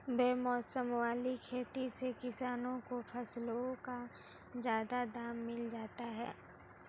बेमौसम वाली खेती से किसानों को फसलों का ज्यादा दाम मिल जाता है